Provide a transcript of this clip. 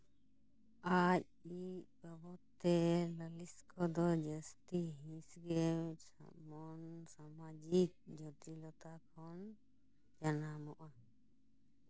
ᱟᱡ ᱤᱡ ᱵᱟᱵᱚᱫ ᱛᱮ ᱞᱟᱹᱞᱤᱥ ᱠᱚᱫᱚ ᱡᱟᱹᱥᱛᱤ ᱦᱤᱸᱥ ᱜᱮ ᱥᱟᱢᱚᱱ ᱥᱟᱢᱟᱡᱤᱠ ᱡᱚᱴᱤᱞᱚᱛᱟ ᱠᱷᱚᱱ ᱡᱟᱱᱟᱢᱚᱜᱼᱟ